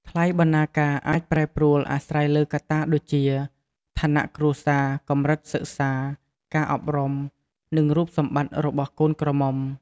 ថ្លៃបណ្ណាការអាចប្រែប្រួលអាស្រ័យលើកត្តាដូចជា ឋានៈគ្រួសារ កម្រិតសិក្សា ការអប់រុំ និងរូបសម្បត្តិរបស់កូនក្រមុំ។